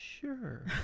Sure